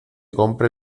compre